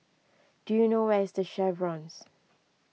do you know where is the Chevrons